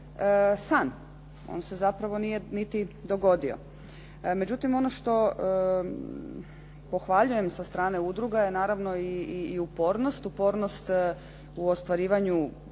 san. On se zapravo nije niti dogodio. Međutim, ono što pohvaljujem sa strane udruge je naravno i upornost, upornost u ostvarivanju svojih